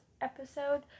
episode